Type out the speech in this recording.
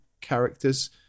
characters